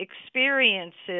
experiences